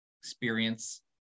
experience